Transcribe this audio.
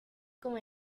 con